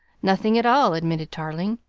nothing at all, admitted tarling.